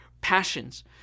passions